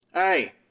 Hey